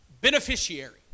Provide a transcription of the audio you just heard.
beneficiary